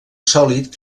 sòlid